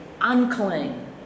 unclean